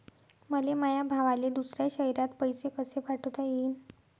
मले माया भावाले दुसऱ्या शयरात पैसे कसे पाठवता येईन?